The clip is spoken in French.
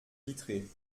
vitrée